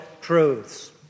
truths